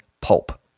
pulp